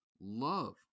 love